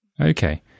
Okay